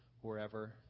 wherever